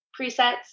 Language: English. presets